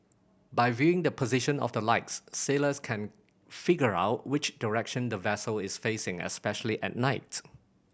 by viewing the position of the lights sailors can figure out which direction the vessel is facing especially at night